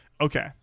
Okay